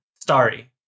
Starry